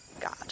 God